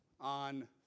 on